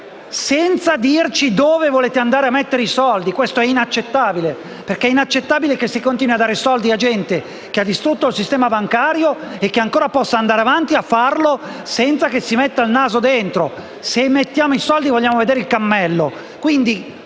senza dirci dove volete andare a mettere i soldi: questo è inaccettabile. È inaccettabile che si continui a dare soldi a gente che ha distrutto il sistema bancario e che possa andare avanti a farlo senza che vi si metta il naso dentro: se mettiamo i soldi, vogliamo vedere il cammello!